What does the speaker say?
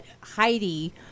Heidi